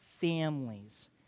families